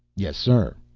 yes, sir.